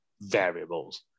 variables